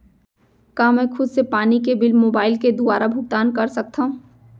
का मैं खुद से पानी के बिल मोबाईल के दुवारा भुगतान कर सकथव?